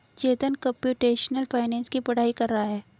चेतन computational finance की पढ़ाई कर रहा है